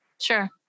Sure